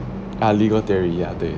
ah legal theory ya 对